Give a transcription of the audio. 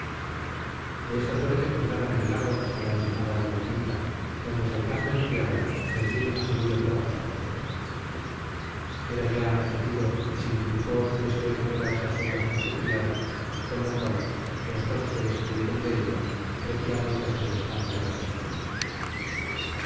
de esta suerte cruzaron el lago hasta la ensenada de la quinta donde saltando en tierra volvieron a subir en brazos a la joven era ya anochecido y significó su deseo de quedarse a solas con su criada con lo cual los dos se despidieron de ella retirándose a sus estancias respectivas